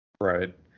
Right